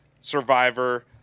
Survivor